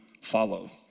follow